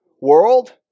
world